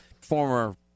former